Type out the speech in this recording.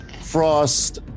Frost